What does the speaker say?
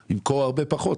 הוא ימכור הרבה פחות.